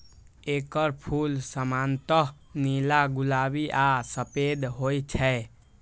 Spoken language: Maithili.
एकर फूल सामान्यतः नीला, गुलाबी आ सफेद होइ छै